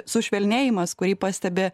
su švelnėjimas kurį pastebi